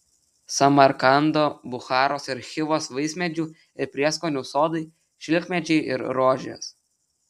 samarkando bucharos ir chivos vaismedžių ir prieskonių sodai šilkmedžiai ir rožės